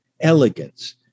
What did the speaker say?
elegance